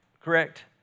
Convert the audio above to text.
correct